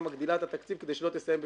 מגדילה את התקציב כדי שהיא לא תסיים בגירעון.